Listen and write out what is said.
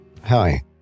Hi